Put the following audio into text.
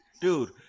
Dude